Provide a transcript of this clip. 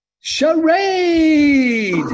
Charade